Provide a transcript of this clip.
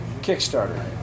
Kickstarter